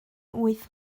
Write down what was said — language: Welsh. wyth